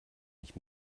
nicht